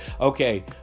okay